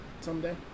someday